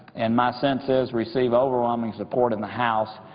and my sense is receive overwhelming support in the house,